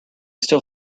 still